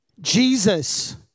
Jesus